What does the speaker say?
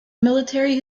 military